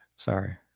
Sorry